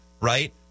Right